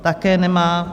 Také nemá.